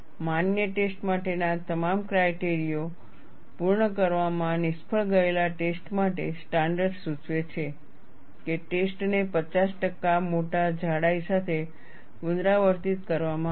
માન્ય ટેસ્ટ માટેના તમામ ક્રાઇટેરિયાો ને પૂર્ણ કરવામાં નિષ્ફળ ગયેલા ટેસ્ટો માટે સ્ટાન્ડર્ડ સૂચવે છે કે ટેસ્ટને 50 ટકા મોટા જાડાઈ સાથે પુનરાવર્તિત કરવામાં આવે